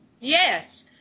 Yes